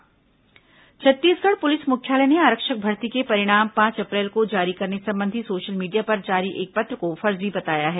police स्पष्टीकरण Chhattisgarh police मुख्यालय ने आरक्षक भर्ती के परिणाम पांच अप्रैल को जारी करने संबंधी सोशल मीडिया पर जारी एक पत्र को फर्जी बताया है